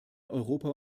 europa